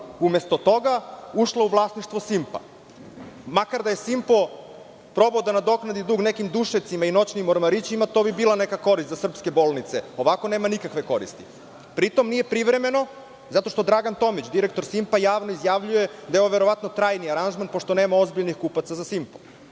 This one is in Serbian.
umesto toga ušla u vlasništvo „Simpa“. Makar da je „Simpo“ probao da nadoknadi dug nekim dušecima i noćnim ormarićima, to bi bila neka korist za srpske bolnice. Ovako nema nikakve koristi. Pri tom, nije privremeno zato što Dragan Tomić, direktor „Simpa“, javno izjavljuje da je ovo verovatno trajni aranžman, pošto nema ozbiljnih kupaca za „Simpo“.